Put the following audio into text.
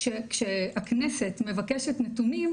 כשהכנסת מבקשת נתונים,